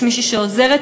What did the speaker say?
מי שעוזרת,